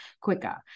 quicker